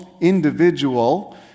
individual